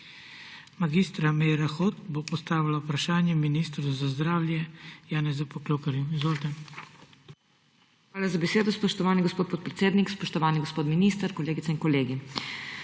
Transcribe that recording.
Mag. Meira Hot bo postavila vprašanje ministru za zdravje Janezu Poklukarju. Izvolite. MAG. MEIRA HOT (PS SD): Hvala za besedo, spoštovani gospod podpredsednik. Spoštovani gospod minister, kolegice in kolegi!